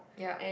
yup